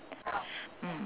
mm